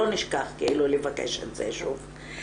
לא נשכח לבקש את זה שוב.